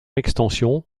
extension